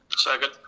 second.